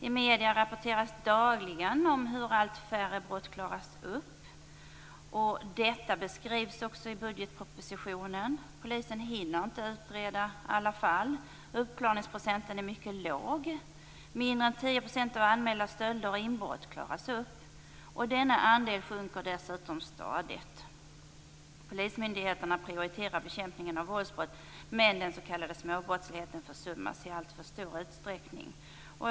I medierna rapporteras dagligen om hur allt färre brott klaras upp, och detta beskrivs också i budgetpropositionen. Polisen hinner inte utreda alla fall. Uppklarningsprocenten är mycket låg. Mindre än 10 % av anmälda stölder och inbrott klaras upp, och denna andel sjunker dessutom stadigt. Polismyndigheterna prioriterar bekämpningen av våldsbrott, men den s.k. småbrottsligheten försummas i alltför stor utsträckning.